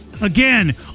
Again